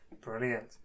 brilliant